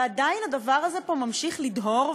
עדיין הדבר הזה ממשיך לדהור,